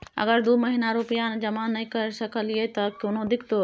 अगर दू महीना रुपिया जमा नय करे सकलियै त कोनो दिक्कतों?